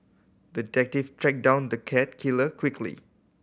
the detective tracked down the cat killer quickly